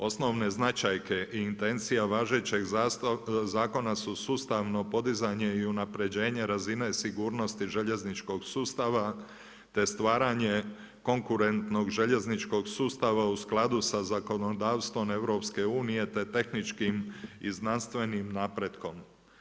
Osnovne značajke i intencija važećeg zakona su sustavno podizanje i unapređenje razine sigurnosti željezničkog sustava, te stvaranje konkurentnog željezničkog sustava u skladu sa zakonodavstvom EU, te tehničkim i znanstvenim napretkom.